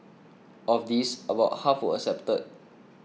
of these about half were accepted